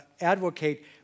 advocate